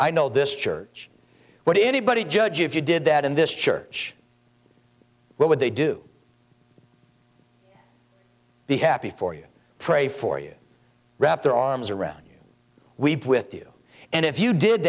i know this church what anybody judge if you did that in this church what would they do be happy for you pray for you wrap their arms around you weep with you and if you did